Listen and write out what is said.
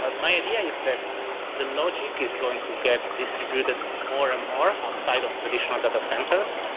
ah my idea is that the logic is going to get distributed more and more outside of traditional data centers,